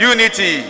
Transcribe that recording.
Unity